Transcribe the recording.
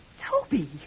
Toby